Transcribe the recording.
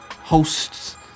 hosts